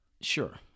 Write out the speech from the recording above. Sure